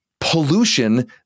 pollution